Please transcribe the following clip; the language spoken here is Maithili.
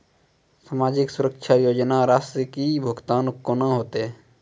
समाजिक सुरक्षा योजना राशिक भुगतान कूना हेतै?